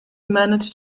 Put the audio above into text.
manage